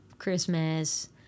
christmas